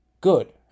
good